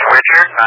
Richard